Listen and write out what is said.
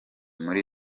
muri